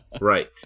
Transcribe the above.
Right